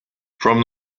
from